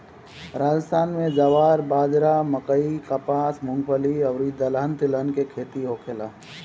राजस्थान में ज्वार, बाजारा, मकई, कपास, मूंगफली अउरी दलहन तिलहन के खेती होखेला